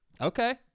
Okay